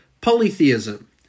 polytheism